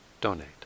donate